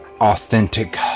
authentic